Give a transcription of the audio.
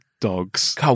dogs